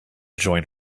join